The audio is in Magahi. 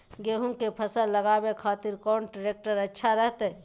गेहूं के फसल लगावे खातिर कौन ट्रेक्टर अच्छा रहतय?